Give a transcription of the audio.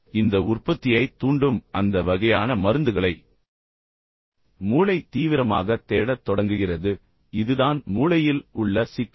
எனவே இந்த உற்பத்தியைத் தூண்டும் அந்த வகையான மருந்துகளை மூளை தீவிரமாகத் தேடத் தொடங்குகிறது எனவே இதுதான் மூளையில் உள்ள சிக்கல்